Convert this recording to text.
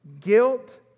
guilt